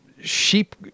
Sheep